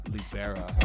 Libera